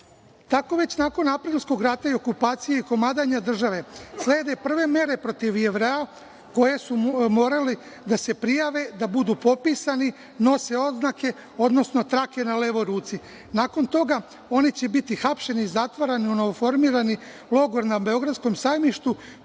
već nakon Aprilskog rata i okupacije i komadanja države slede prve mere protiv Jevreja koje su morali da se prijave da budu popisani, da nose oznake, odnosno trake na levoj ruci. Nakon toga oni će biti hapšeni, zatvarani u novoformirani logor na beogradskom Sajmištu